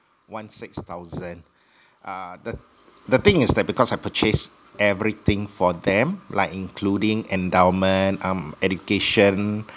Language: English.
one six thousand err the the thing is that because I purchased everything for them like including endowment um education